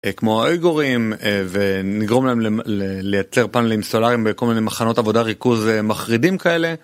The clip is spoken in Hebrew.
כמו איגורים ונגרום להם לייצר פאנלים סולריים וכל מיני מחנות עבודה ריכוז מחרידים כאלה.